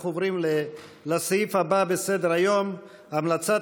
אנחנו עוברים לסעיף הבא בסדר-היום: המלצת